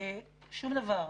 שום דבר.